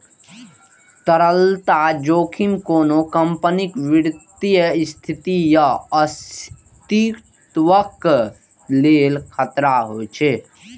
तरलता जोखिम कोनो कंपनीक वित्तीय स्थिति या अस्तित्वक लेल खतरा होइ छै